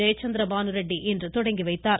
ஜெயச்சந்திர பானுரெட்டி இன்று தொடங்கி வைத்தார்